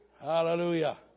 Hallelujah